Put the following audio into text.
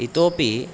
इतोपि